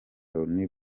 loni